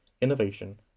innovation